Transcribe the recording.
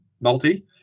multi